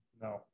No